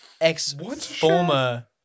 Ex-Former